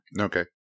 Okay